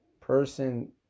person